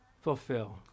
fulfill